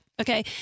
Okay